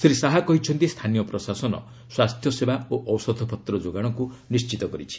ଶ୍ରୀ ଶାହା କହିଛନ୍ତି ସ୍ଥାନୀୟ ପ୍ରଶାସନ ସ୍ୱାସ୍ଥ୍ୟସେବା ଓ ଔଷଧ ପତ୍ର ଯୋଗାଣକୁ ନିଣ୍ଢିତ କରିଛି